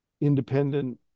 independent